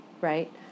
right